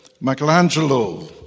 Michelangelo